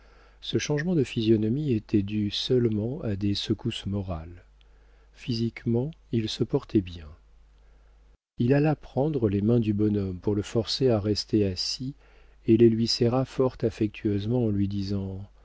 ce changement de physionomie était dû seulement à des secousses morales physiquement il se portait bien il alla prendre les mains du bonhomme pour le forcer à rester assis et les lui serra fort affectueusement en lui disant